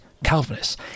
Calvinists